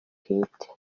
bwite